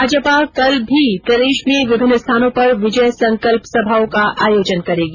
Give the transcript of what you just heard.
भाजपा कल भी प्रदेश में विभिन्न स्थानों पर विजय संकल्प सभाओं का आयोजन करेगी